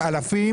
אלפים.